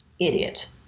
Idiot